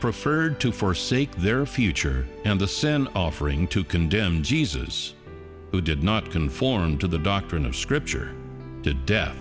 preferred to forsake their future and the sin offering to condemn jesus who did not conform to the doctrine of scripture to death